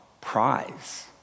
prize